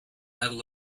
medal